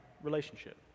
Relationship